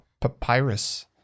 papyrus